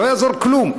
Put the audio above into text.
לא יעזור כלום,